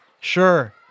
Sure